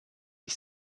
ich